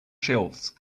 shelves